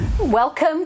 Welcome